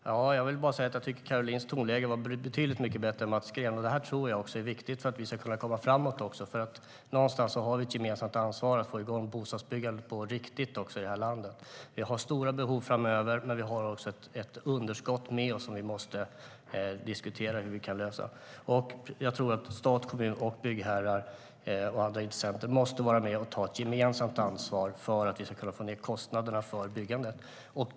Herr talman! Jag vill bara säga att jag tycker att Carolines tonläge var betydligt mycket bättre än Mats Greens. Jag tror också att det är viktigt för att vi ska komma framåt, för någonstans har vi ett gemensamt ansvar för att få igång bostadsbyggandet på riktigt i det här landet. Vi har stora behov framöver, men vi har även ett underskott med oss som vi måste diskutera hur vi kan lösa. Jag tror att stat, kommun, byggherrar och andra intressenter måste vara med och ta ett gemensamt ansvar för att vi ska kunna få ned kostnaderna för byggandet.